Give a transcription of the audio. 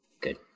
good